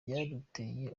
byaduteye